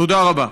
תודה רבה.